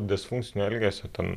disfunkcinio elgesio ten